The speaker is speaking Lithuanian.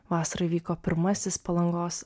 vasarą vyko pirmasis palangos